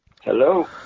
Hello